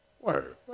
Word